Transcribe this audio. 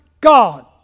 God